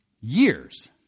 years